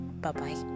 Bye-bye